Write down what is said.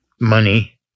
money